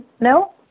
no